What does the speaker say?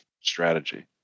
strategy